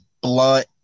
blunt